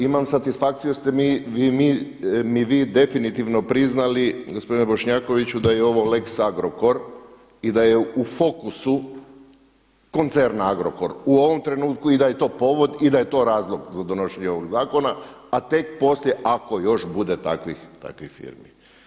Imam satisfakciju jer ste mi vi definitivno priznali gospodine Bošnjakoviću da je ovo lex Agrokor i da je u fokusu koncerna Agrokor u ovom trenutku i da je to povod i da je to razlog donošenje ovog zakon a tek poslije ako još bude takvih firmi.